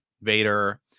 vader